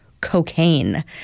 cocaine